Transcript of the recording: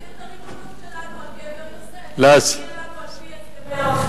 קבר יוסף, הסכמי אוסלו.